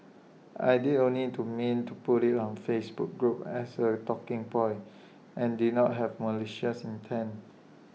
I did only to meant to put IT on the Facebook group as A talking point and did not have malicious intent